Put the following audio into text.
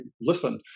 listen